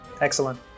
Excellent